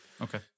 Okay